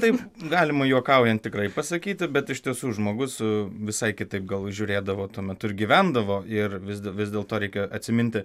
taip galima juokaujant tikrai pasakyti bet iš tiesų žmogus su visai kitaip gal žiūrėdavo tuo metu ir gyvendavo ir vis vis dėl to reikia atsiminti